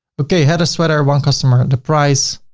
okay. heather sweater, one customer, the price,